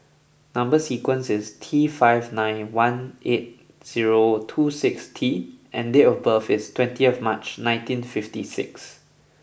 number sequence is T five nine one eight zero two six T and date of birth is twentieth March nineteen fifty six